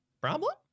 problem